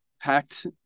packed